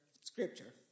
scripture